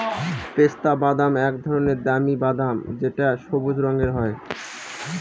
পেস্তা বাদাম এক ধরনের দামি বাদাম যেটা সবুজ রঙের হয়